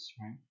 right